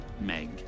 Meg